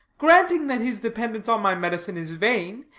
granting that his dependence on my medicine is vain,